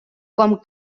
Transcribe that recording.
com